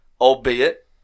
albeit